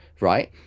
Right